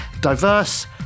diverse